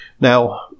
Now